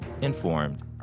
informed